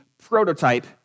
prototype